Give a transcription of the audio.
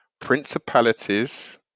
principalities